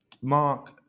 Mark